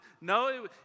No